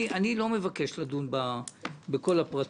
אני לא מבקש לדון בכל הפרטים.